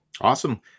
Awesome